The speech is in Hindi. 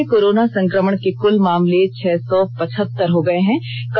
झारखंड में कोरोना संकमण के कुल मामले छह सौ पचहत्तर हो गये हैं